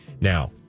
Now